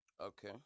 Okay